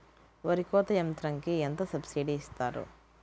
వరి కోత యంత్రంకి ఎంత సబ్సిడీ ఇస్తారు?